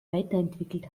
weiterentwickelt